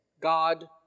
God